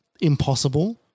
impossible